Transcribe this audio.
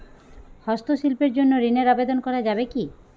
হস্তশিল্পের জন্য ঋনের আবেদন করা যাবে কি?